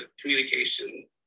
communication